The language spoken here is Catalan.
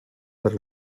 per